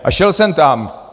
A šel jsem tam.